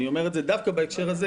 אני אומר את זה דווקא בהקשר הזה